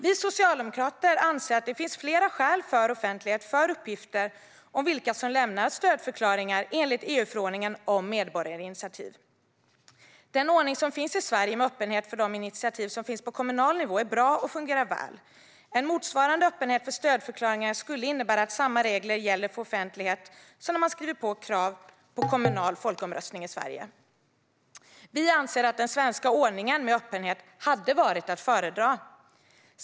Vi socialdemokrater anser att det finns flera skäl för offentlighet för uppgifter om vilka som lämnar stödförklaringar enligt EU-förordningen om medborgarinitiativ. Den ordning som finns i Sverige med öppenhet för de initiativ som finns på kommunal nivå är bra och fungerar väl. En motsvarande öppenhet för stödförklaringar skulle innebära att samma regler gäller för offentlighet som när man skriver på krav på kommunal folkomröstning i Sverige. Vi anser att den svenska ordningen med öppenhet hade varit att föredra.